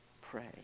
pray